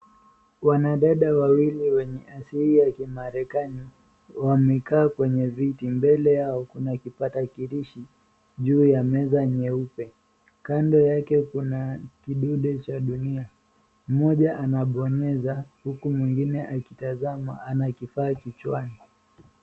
Wanadada wawili wenye asili ya kimarekani, wamekaa kwenye viti. Mbele yao kuna kipatakilishi, juu ya meza nyeupe. Kando yake kuna kidude cha dunia. Mmoja anabonyeza huku mwingine akitazama ana kifaa kichwani.